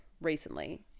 recently